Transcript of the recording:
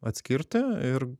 atskirti ir